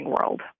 world